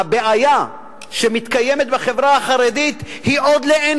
הבעיה שמתקיימת בחברה החרדית היא עוד גדולה לאין